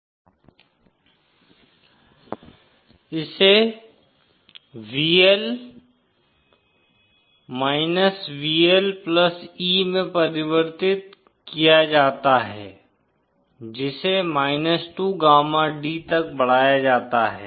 Vl Vl e 2γx le 2γd V0 V0 e 2γx le 2γd इसे VL VLE में परिवर्तित किया जाता है जिसे 2gama d तक बढ़ाया जाता है